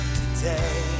today